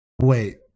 wait